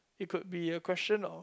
it could be a question of